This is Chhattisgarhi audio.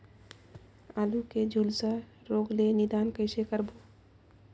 आलू के झुलसा रोग ले निदान कइसे करबो?